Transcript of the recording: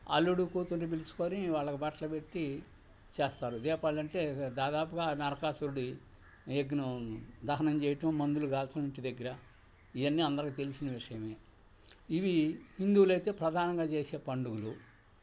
అల్లుడు కూతుర్ని పిలుచుకుని వాళ్ళకి బట్టలు పెట్టి చేస్తారు దీపావలంటే దాదాపుగా నరకాసుడి యజ్ఞం దహనం చెయ్యటం మందులు కాచ్చటం ఇంటి దగ్గర ఇవన్నీ అందరికీ తెలిసిన విషయమే ఇవి హిందువులయితే ప్రధానంగా చేసే పండుగలు